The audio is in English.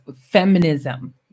feminism